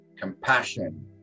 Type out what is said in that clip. compassion